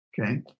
Okay